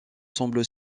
semblent